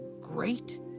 great